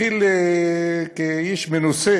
כאיש מנוסה